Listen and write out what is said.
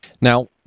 Now